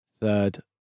third